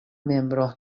membro